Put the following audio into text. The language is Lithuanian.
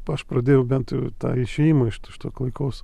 aš pradėjau bent jau tą išėjimą iš iš to klaikaus